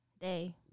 day